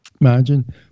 Imagine